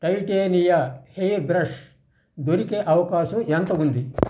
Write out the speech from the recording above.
Titania hair brush దొరికే అవకాశం ఎంత ఉంది